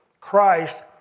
Christ